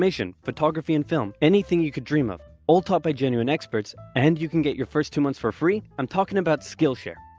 photography and film, anything you could dream of, all taught by genuine experts, and you can get your first two months for free. i'm talking about skillshare.